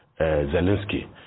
Zelensky